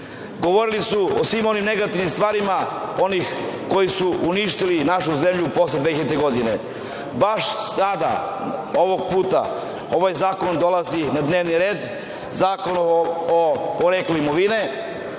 govorili su o svim onim negativnim stvarima onih koji su uništili našu zemlju posle 2000. godine. Baš sada, ovog puta, ovaj zakon dolazi na dnevni red, Predlog zakona o poreklu imovine,